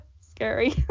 Scary